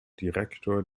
direktor